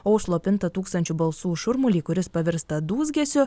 o užslopintą tūkstančių balsų šurmulį kuris pavirsta dūzgesiu